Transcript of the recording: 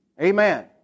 Amen